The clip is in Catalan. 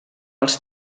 els